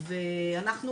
ואנחנו,